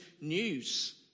news